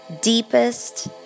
deepest